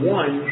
one